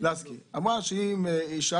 כי היום זה ארבעה,